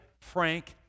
frank